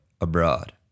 Abroad